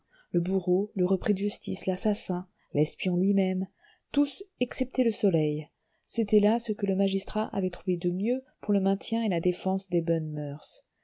le bourreau le repris de justice l'assassin l'espion lui-même tout excepté le soleil c'était là ce que le magistrat avait trouvé de mieux pour le maintien et la défense des bonnes moeurs